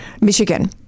Michigan